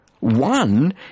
One